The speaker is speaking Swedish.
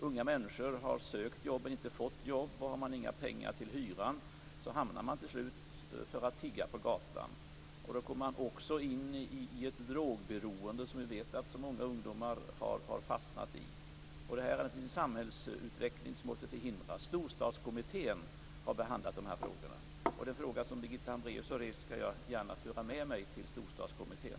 Unga människor har sökt jobb men inte fått några, och har man inga pengar till hyran hamnar man till slut i att tigga på gatan. Då kommer man också lätt in i det drogberoende som vi vet att så många ungdomar har fastnat i. Det här är naturligtvis en samhällsutveckling som måste förhindras. Storstadskommittén har behandlat de här frågorna, och den fråga som Birgitta Hambraeus har rest skall jag gärna föra med mig till den kommittén.